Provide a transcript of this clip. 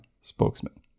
spokesman